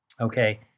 okay